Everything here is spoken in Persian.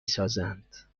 سازند